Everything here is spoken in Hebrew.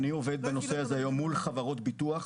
אני עובד בנושא הזה מול חברות ביטוח.